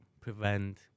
prevent